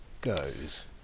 goes